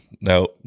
No